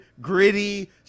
gritty